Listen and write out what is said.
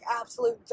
absolute